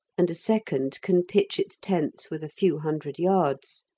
and a second can pitch its tents with a few hundred yards.